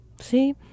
See